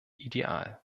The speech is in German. ideal